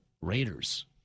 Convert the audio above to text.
Raiders